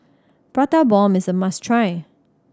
Prata Bomb is a must try